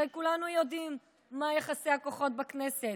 הרי כולנו יודעים מה יחסי הכוחות בכנסת.